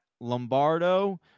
lombardo